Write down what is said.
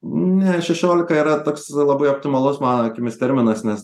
ne šešiolika yra toks labai optimalus mano akimis terminas nes